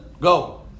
go